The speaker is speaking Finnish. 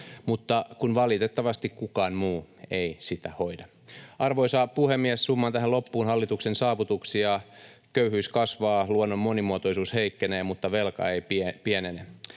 mutta kun valitettavasti kukaan muu ei sitä hoida. Arvoisa puhemies! Summaan tähän loppuun hallituksen saavutuksia. Köyhyys kasvaa, luonnon monimuotoisuus heikkenee, mutta velka ei pienene.